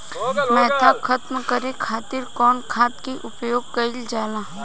मोथा खत्म करे खातीर कउन खाद के प्रयोग कइल जाला?